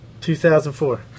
2004